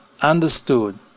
understood